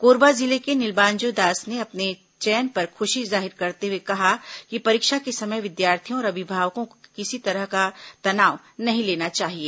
कोरबा जिले के निलाब्जो दास ने अपने चयन पर खुशी जाहिर करते हुए कहा कि परीक्षा के समय विद्यार्थियों और अभिभावकों को किसी भी तरह का तनाव नहीं लेना चाहिए